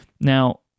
Now